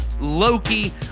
Loki